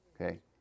okay